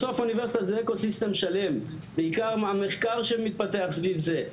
בסוף אוניברסיטה זה ecosystem שלם בעיקר מהמחקר שמתפתח סביב זה,